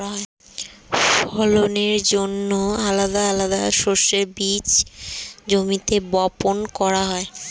ফলনের জন্যে আলাদা আলাদা শস্যের বীজ জমিতে বপন করা হয়